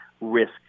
risk